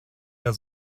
der